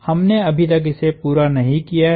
हमने अभी तक इसे पूरा नहीं किया हैं